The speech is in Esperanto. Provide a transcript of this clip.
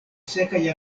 sekaj